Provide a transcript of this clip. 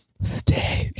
stay